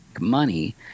money